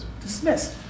dismissed